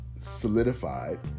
solidified